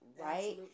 Right